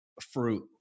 fruit